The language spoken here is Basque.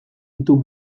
ditu